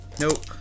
Nope